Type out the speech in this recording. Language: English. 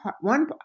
one